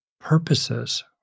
purposes